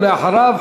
ואחריו,